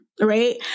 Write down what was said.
Right